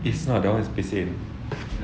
ishak that [one] is fashion